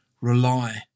rely